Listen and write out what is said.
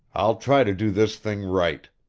i'll try to do this thing right.